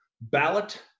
ballot